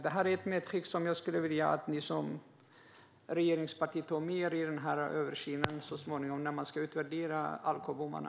Detta är ett medskick som jag skulle vilja att ni som regeringsparti tar med er i översynen så småningom, när man ska utvärdera alkobommarna.